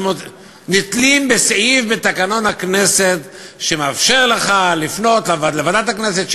אז נתלים בסעיף בתקנון הכנסת שמאפשר לך לפנות לוועדת הכנסת,